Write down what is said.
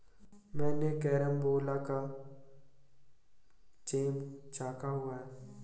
मैंने कैरमबोला का जैम चखा हुआ है